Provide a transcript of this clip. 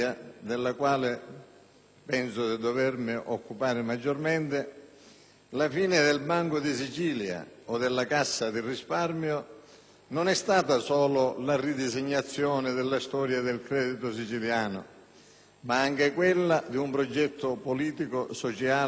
penso di dovermi occupare maggiormente, la fine del Banco di Sicilia o della Cassa di risparmio non è stata solo la ridisegnazione della storia del credito siciliano, ma anche quella di un progetto politico, sociale ed economico.